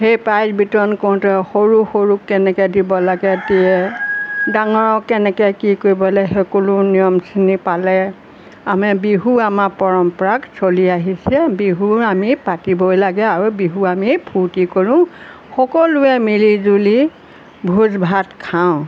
সেই প্ৰাইজ বিতৰণ কৰোঁতে সৰু সৰুক কেনেকৈ দিব লাগে দিয়ে ডাঙৰক কেনেকৈ কি কৰিব লাগে সকলো নিয়মখিনি পালে আমি বিহু আমাৰ পৰম্পৰাক চলি আহিছে বিহু আমি পাতিবই লাগে আৰু বিহু আমি ফূৰ্তি কৰোঁ সকলোৱে মিলি জুলি ভোজ ভাত খাওঁ